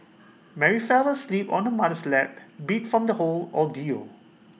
Mary fell asleep on her mother's lap beat from the whole ordeal